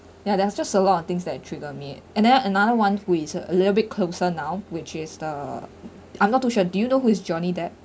ya there's just a lot of things that trigger me and then another one who is a a little bit closer now which is the I'm not too sure do you know who is johnny depp